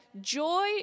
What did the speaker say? Joy